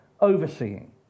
overseeing